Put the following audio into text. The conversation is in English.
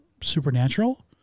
supernatural